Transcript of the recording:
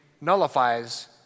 nullifies